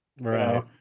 Right